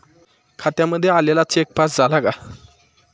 खात्यामध्ये आलेला cheque pass झाला का?